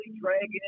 dragging